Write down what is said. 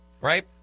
right